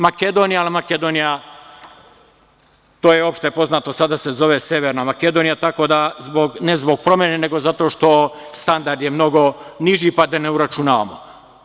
Makedonija, ali Makedonija, to je opšte poznato sada se Severna Makedonija, tako da ne zbog promene, nego zato što je standard mnogo niži, pa da ne uračunavamo.